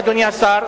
אדוני השר,